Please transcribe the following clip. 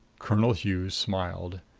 colonel hughes smiled.